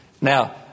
Now